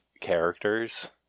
characters